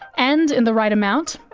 and in the right amount,